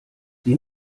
die